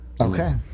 Okay